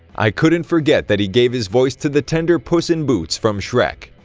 i couldn't forget that he gave his voice to the tender puss in boots from shrek.